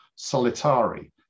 solitari